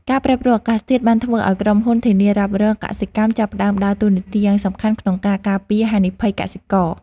ការប្រែប្រួលអាកាសធាតុបានធ្វើឱ្យក្រុមហ៊ុនធានារ៉ាប់រងកសិកម្មចាប់ផ្តើមដើរតួនាទីយ៉ាងសំខាន់ក្នុងការការពារហានិភ័យកសិករ។